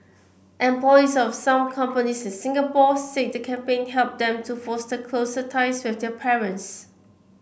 employees of some companies in Singapore said the campaign helped them to foster closer ties with their parents